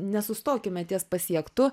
nesustokime ties pasiektu